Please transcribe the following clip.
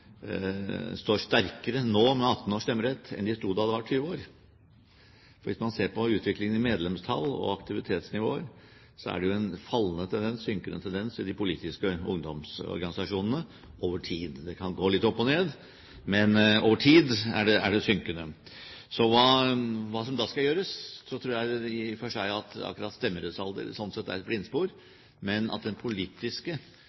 da det var 20 år. For hvis man ser på utviklingen i medlemstall og aktivitetsnivå, er det en fallende, en synkende tendens i de politiske ungdomsorganisasjonene over tid. Det kan gå litt opp og ned, men over tid er det synkende. Så når det gjelder hva som da skal gjøres, tror jeg i og for seg at stemmerettsalder er et blindspor. Men at det er